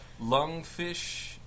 lungfish